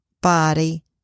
body